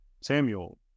Samuel